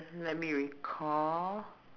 let me recall